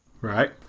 Right